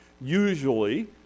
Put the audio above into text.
usually